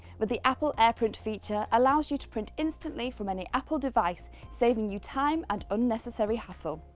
but the apple airprint feature allows you to print instantly from any apple device, saving you time and unnecessary hassle.